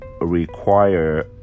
require